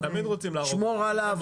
תשמור עליו,